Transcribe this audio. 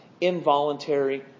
involuntary